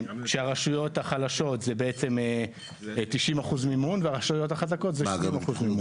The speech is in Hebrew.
כשהרשויות החלשות הן בעצם 90% מימון והרשויות החזקות זה 70% מימון.